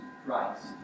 Christ